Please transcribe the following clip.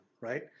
right